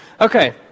okay